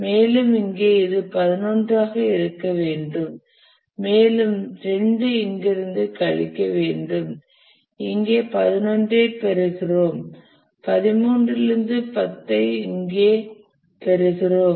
மேலும் இங்கே இது 11 ஆக இருக்க வேண்டும் மேலும் 2 இங்கிருந்து கழிக்க வேண்டும் இங்கே 11 ஐப் பெறுகிறோம் 13 இலிருந்து 10 ஐ இங்கே பெறுகிறோம்